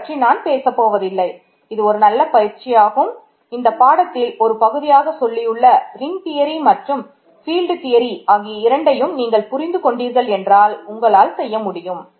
இதைப் பற்றி நான் பேசப்போவதில்லை இது ஒரு நல்ல பயிற்சியாகும் இந்தப் பாடத்தின் ஒரு பகுதியாக சொல்லியுள்ள ரிங் ஆகிய இரண்டையும் நீங்கள் புரிந்து கொண்டீர்கள் என்றால் உங்களால் செய்ய முடியும்